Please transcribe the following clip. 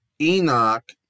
Enoch